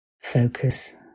focus